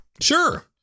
Sure